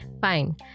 Fine